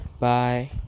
Bye